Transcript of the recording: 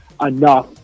enough